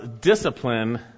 discipline